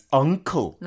uncle